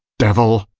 devil!